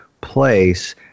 place